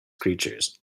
creatures